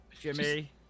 Jimmy